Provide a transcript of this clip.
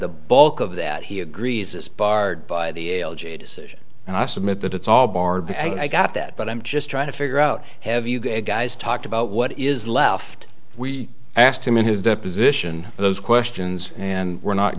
the bulk of that he agrees is barred by the decision and i submit that it's all barb and i got that but i'm just trying to figure out have you guys talked about what is left we asked him in his deposition those questions and were not